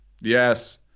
Yes